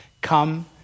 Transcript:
Come